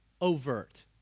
overt